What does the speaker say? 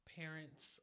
parents